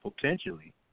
potentially